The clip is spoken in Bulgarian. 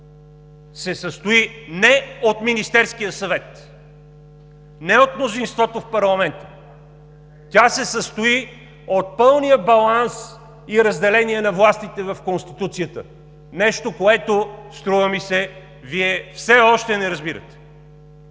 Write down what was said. се състои не от Министерския съвет, не от мнозинството в парламента, тя се състои от пълния баланс и разделение на властите в Конституцията! Нещо, което, струва ми се, Вие все още не разбирате.